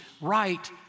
right